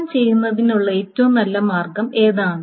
S1 ചെയ്യുന്നതിനുള്ള ഏറ്റവും നല്ല മാർഗം ഏതാണ്